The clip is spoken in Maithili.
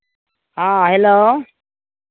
हँ हेलो